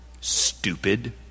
Stupid